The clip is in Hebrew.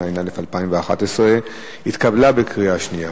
התשע"א 2011 התקבלה בקריאה שנייה.